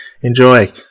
Enjoy